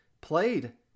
played